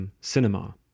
Cinema